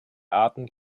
arten